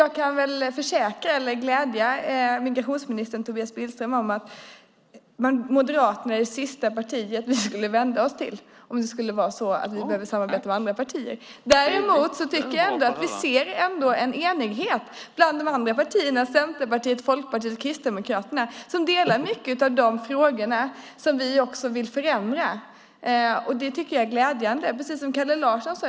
Jag kan glädja migrationsminister Tobias Billström med att Moderaterna är det sista partiet vi skulle vända oss till om det skulle vara så att vi behöver samarbeta med andra partier. Däremot tycker jag att vi ändå ser en enighet bland de andra partierna, Centerpartiet, Folkpartiet och Kristdemokraterna, som delar vår åsikt i många av de frågor som vi vill förändra. Det tycker jag är glädjande, precis som Kalle Larsson sade.